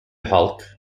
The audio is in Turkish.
halk